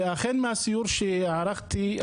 אכן בסיור שערכתי,